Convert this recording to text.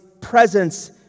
presence